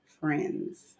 friends